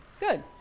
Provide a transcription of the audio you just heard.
Good